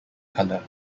color